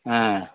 ஆ